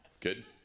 Good